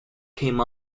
came